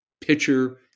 pitcher